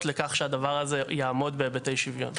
לכך שהדבר הזה יעמוד בהיבטי שוויון.